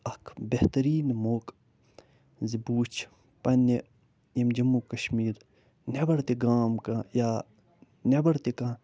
اکھ بہتریٖن مۄقعہٕ زِ بہٕ وٕچھِ پنٛنہِ ییٚمہِ جموں کشمیٖر نٮ۪بر تہِ گام کانٛہہ یا نٮ۪بر تہِ کانٛہہ